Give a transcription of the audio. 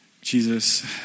Jesus